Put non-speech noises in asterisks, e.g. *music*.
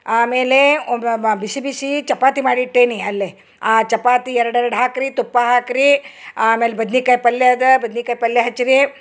ಆಮೇಲೆ *unintelligible* ಬಿಸಿ ಬಿಸಿ ಚಪಾತಿ ಮಾಡಿಟ್ಟೇನಿ ಅಲ್ಲೆ ಆ ಚಪಾತಿ ಎರೆಡು ಎರೆಡು ಹಾಕ್ರಿ ತುಪ್ಪ ಹಾಕ್ರೀ ಆಮೇಲೆ ಬದ್ನಿಕಾಯಿ ಪಲ್ಯ ಅದ ಬದ್ನಿಕಾಯಿ ಪಲ್ಯ ಹಚ್ರೀ